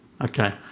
Okay